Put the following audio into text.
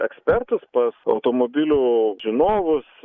ekspertus pas automobilių žinovus